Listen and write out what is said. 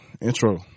intro